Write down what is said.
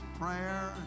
prayer